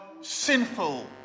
sinful